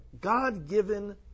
God-given